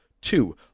two